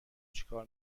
چیکار